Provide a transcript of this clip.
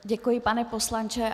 Děkuji, pane poslanče.